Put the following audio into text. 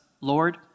Lord